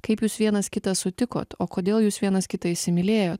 kaip jūs vienas kitą sutikot o kodėl jūs vienas kitą įsimylėjo